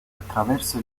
attraverso